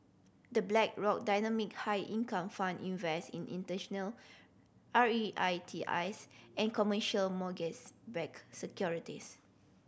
The Blackrock Dynamic High Income Fund invest in international R E I T S and commercial mortgage backed securities